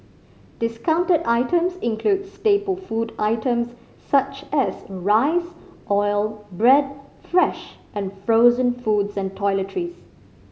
discounted items included staple food items such as rice oil bread fresh and frozen foods and toiletries